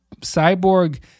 cyborg